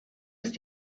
ist